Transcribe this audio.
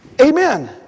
Amen